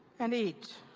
and eat.